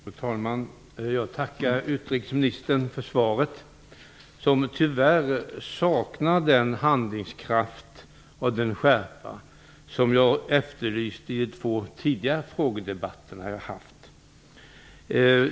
Fru talman! Jag tackar utrikesministern för svaret som tyvärr saknar den handlingskraft och den skärpa som jag efterlyste i två tidigare frågedebatter.